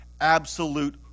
absolute